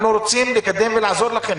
אנחנו רוצים לקדם ולעזור לכם.